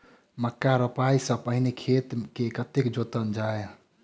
मक्का रोपाइ सँ पहिने खेत केँ कतेक जोतल जाए?